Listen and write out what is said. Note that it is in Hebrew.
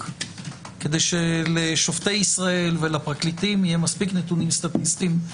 כדי שלשופטי ישראל ולפרקליטים יהיו מספיק נתונים סטטיסטיים.